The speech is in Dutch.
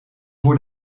voor